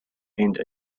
and